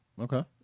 Okay